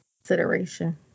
consideration